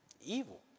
evil